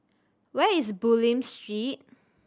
where is Bulim Street